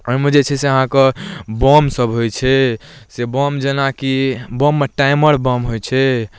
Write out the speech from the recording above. ओहिमे जे छै से अहाँके बमसब होइ छै से बम जेनाकि बममे टाइमर बम होइ छै